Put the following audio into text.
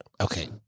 okay